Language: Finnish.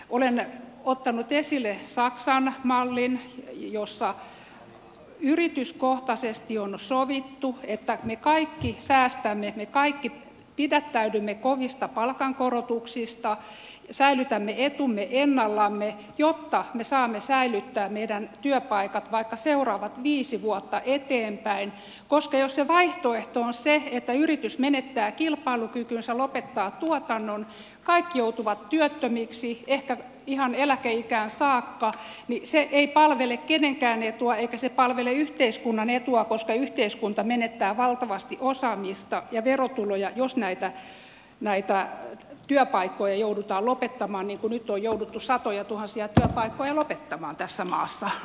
olen ottanut esille saksan mallin jossa yrityskohtaisesti on sovittu että me kaikki säästämme pidättäydymme kovista palkankorotuksista säilytämme etumme ennallaan jotta me saamme säilyttää meidän työpaikkamme vaikka seuraavat viisi vuotta eteenpäin koska jos se vaihtoehto on se että yritys menettää kilpailukykynsä lopettaa tuotannon ja kaikki joutuvat työttömiksi ehkä ihan eläkeikään saakka niin se ei palvele kenenkään etua eikä se palvele yhteiskunnan etua koska yhteiskunta menettää valtavasti osaamista ja verotuloja jos näitä työpaikkoja joudutaan lopettamaan niin kuin nyt on jouduttu satojatuhansia työpaikkoja lopettamaan tässä maassa